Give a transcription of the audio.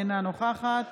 אינה נוכחת